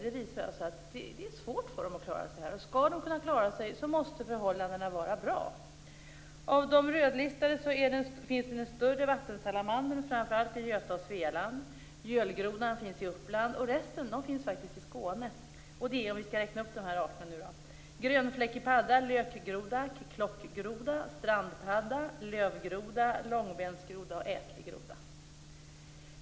Det visar att det är svårt för dem att klara sig här. Skall de kunna klara sig måste förhållandena vara bra. Av de rödlistade groddjuren finns den större vattensalamandern framför allt i Götaland och Svealand, och gölgrodan finns i Uppland. Resten finns faktiskt i Skåne. Skall vi räkna upp arterna är de grönfläckig padda, lökgroda, klockgroda, strandpadda, lövgroda, långbensgroda och ätlig groda.